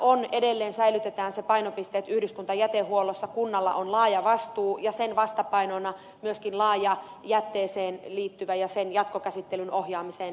laissahan edelleen säilytetään se painopiste että yhdyskuntajätehuollossa kunnalla on laaja vastuu ja sen vastapainona myöskin laaja jätteeseen ja sen jatkokäsittelyn ohjaamiseen liittyvä oikeus